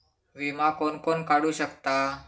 विमा कोण कोण काढू शकता?